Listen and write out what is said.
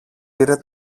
πήρε